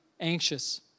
anxious